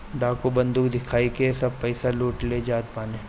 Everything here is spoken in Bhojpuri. डाकू बंदूक दिखाई के सब पईसा लूट ले जात बाने